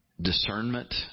Discernment